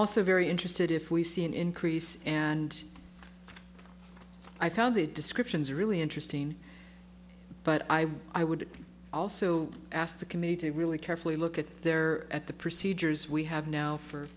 also very interested if we see an increase and i found the descriptions really interesting but i i would also ask the community really carefully look at there at the procedures we have now for